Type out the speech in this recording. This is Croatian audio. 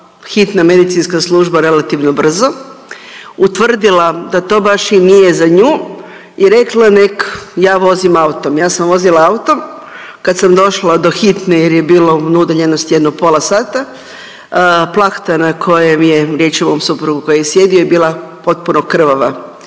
hitna medicinska služba relativno brzo, utvrdila da to baš i nije za nju i rekla nek ja vozim autom. Ja sam vozila autom kad sam došla do hitne jer je bilo na udaljenosti jedno pola sata, plahta na kojem je, riječ je o mom suprugu koji je sjedio je bila potpuno krvava,